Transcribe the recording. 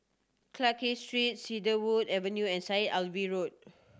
Clarke Street Cedarwood Avenue and Syed Alwi Road